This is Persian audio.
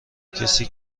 کسی